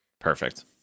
Perfect